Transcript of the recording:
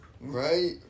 Right